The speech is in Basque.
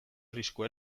arriskua